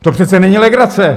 To přece není legrace!